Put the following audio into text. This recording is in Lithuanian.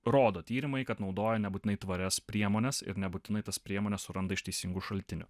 rodo tyrimai kad naudoja nebūtinai tvarias priemones ir nebūtinai tas priemones suranda iš teisingų šaltinių